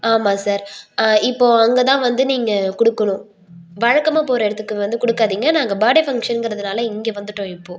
ஆமாம் சார் இப்போது அங்கேதான் வந்து நீங்கள் கொடுக்கணும் வழக்கமாக போகிற இடத்துக்கு வந்து கொடுக்காதிங்க நாங்கள் பர்த் டே ஃபங்ஷன்ங்கிறதனால் இங்கே வந்துவிட்டோம் இப்போது